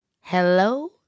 Hello